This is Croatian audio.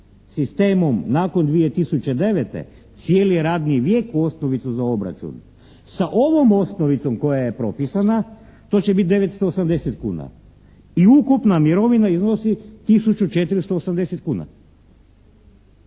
sistemom nakon 2009. cijeli radni vijek u osnovicu za obračun, sa ovom osnovicom koja je propisana to će biti 980 kuna i ukupna mirovina iznosi tisuću 480 kuna.